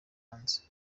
hanze